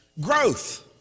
Growth